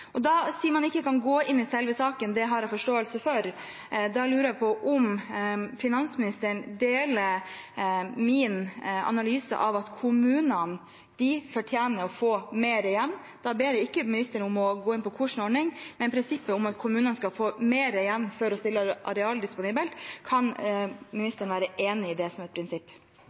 ikke kan gå inn i selve saken – det har jeg forståelse for – lurer jeg på om finansministeren deler min analyse av at kommunene fortjener å få mer igjen? Da ber jeg ikke ministeren om å gå inn på hva slags ordning, men prinsippet om at kommunene skal få mer igjen for å stille areal disponibelt. Kan ministeren være enig i det som et prinsipp?